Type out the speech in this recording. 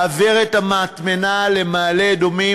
העבר את המטמנה למעלה-אדומים.